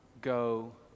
go